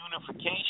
unification